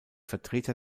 vertreter